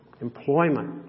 Employment